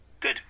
Good